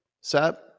Set